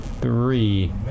three